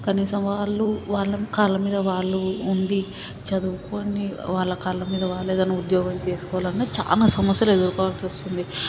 కనీసం వాళ్ళు వాళ్ళ కాళ్ళ మీద వాళ్ళు ఉండి చదువుకొని వాళ్ళ కాళ్ళ మీద వాళ్ళు ఏదన్న ఉద్యోగం చేసుకోవాలన్న చాలా సమ్యసలు ఎదురు కోవాల్సి వస్తుంది